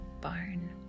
barn